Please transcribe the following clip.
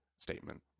statement